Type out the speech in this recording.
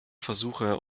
versuche